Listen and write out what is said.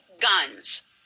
guns